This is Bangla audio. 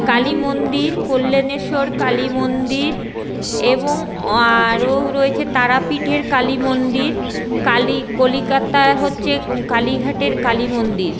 কালী মন্দির কল্যানেশ্বর কালী মন্দির এবং আরো রয়েছে তারাপীঠের কালী মন্দির কালী কলিকাতা হচ্ছে কালীঘাটের কালী মন্দির